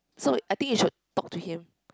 so I think you should talk to him